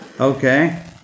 Okay